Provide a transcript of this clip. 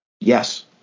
Yes